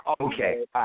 Okay